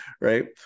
Right